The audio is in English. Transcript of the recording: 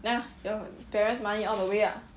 ya your parents' money all the way ah